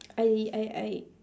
I I I